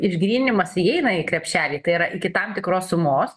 išgryninimas įeina į krepšelį tai yra iki tam tikros sumos